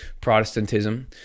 Protestantism